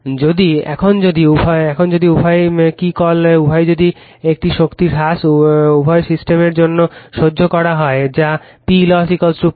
যদি এখন যদি উভয়ই এখন কি কল করে যদি উভয়ই যদি একই শক্তি হ্রাস উভয় সিস্টেমের জন্য সহ্য করা হয় যা PLoss PLoss